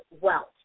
wealth